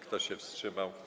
Kto się wstrzymał?